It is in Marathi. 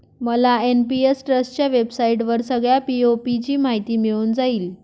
मला एन.पी.एस ट्रस्टच्या वेबसाईटवर सगळ्या पी.ओ.पी ची माहिती मिळून जाईल